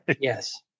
yes